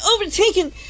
overtaken